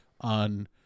on